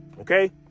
okay